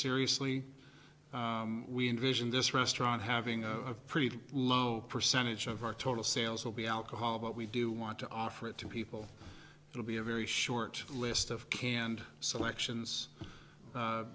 seriously we envision this restaurant having a pretty low percentage of our total sales will be alcohol but we do want to offer it to people it will be a very short list of canned selections